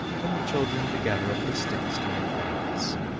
and the children to gather up the sticks to make fagots.